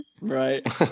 right